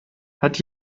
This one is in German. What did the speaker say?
hat